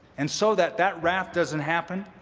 and so that that wrath doesn't happen,